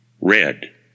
Red